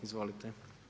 Izvolite.